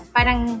Parang